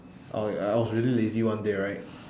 oh wait I I was really lazy one day right